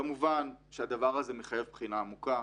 כמובן שהדבר הזה מחייב בחינה עמוקה,